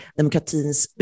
demokratins